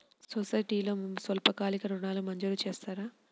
సొసైటీలో స్వల్పకాలిక ఋణాలు మంజూరు చేస్తారా?